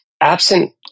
absent